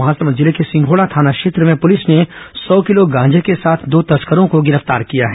महासमुंद जिले के सिंघोड़ा थाना क्षेत्र में पुलिस ने सौ किलो गांजा के साथ दो तस्करों को गिरफ्तार किया है